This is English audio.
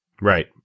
Right